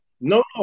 No